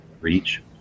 reach